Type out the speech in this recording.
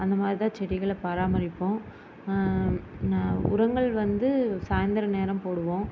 அந்த மாதிரி தான் செடிகளை பராமரிப்போம் நான் உரங்கள் வந்து சாயந்தர நேரம் போடுவோம்